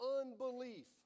unbelief